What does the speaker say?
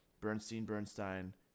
Bernstein-Bernstein